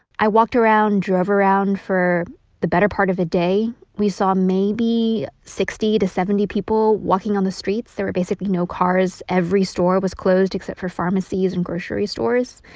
i walked around, drove around for the better part of a day. we saw maybe sixty to seventy people walking on the streets. there were basically no cars. every store was closed except for pharmacies and grocery stores.